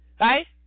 right